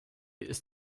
ist